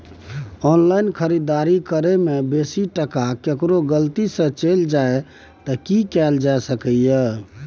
Online खरीददारी करै में बेसी टका केकरो गलती से चलि जा त की कैल जा सकै छै?